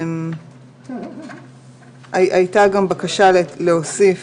1. תוכניות